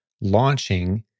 launching